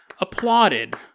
Applauded